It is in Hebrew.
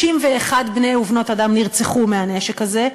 31 בני ובנות אדם נרצחו מהנשק הזה,